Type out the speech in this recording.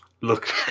look